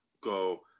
go